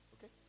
Okay